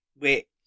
wait